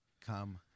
Come